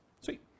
Sweet